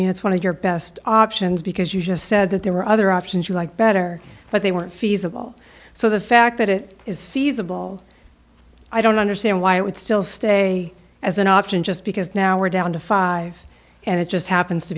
mean it's one of your best options because you just said that there were other options you like better but they weren't feasible so the fact that it is feasible i don't understand why it would still stay as an option just because now we're down to five and it just happens to